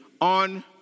on